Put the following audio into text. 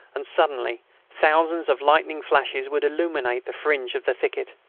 and suddenly thousands of lightning flashes would illuminate the fringe of the thicket.